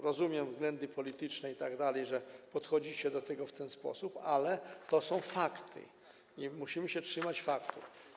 Rozumiem względy polityczne itd., że podchodzicie do tego w ten sposób, ale to są fakty i musimy się trzymać faktów.